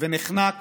ונחנק